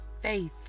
faith